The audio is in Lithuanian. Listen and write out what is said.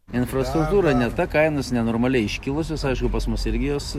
infrastruktūra ne ta kainos nenormaliai iškilusios aišku pas mus irgi jos